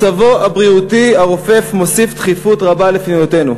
מצבו הבריאותי הרופף מוסיף דחיפות רבה לפנייתנו,